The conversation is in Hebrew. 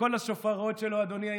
וכל השופרות שלו, אדוני היושב-ראש,